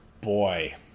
boy